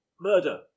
murder